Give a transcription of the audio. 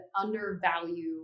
undervalue